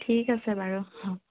ঠিক আছে বাৰু হু